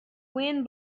wind